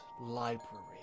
library